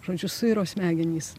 žodžiu suiro smegenys